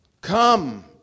Come